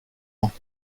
ans